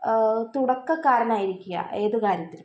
തുടക്കക്കാരനായിരിക്കുക ഏത് കാര്യത്തിലും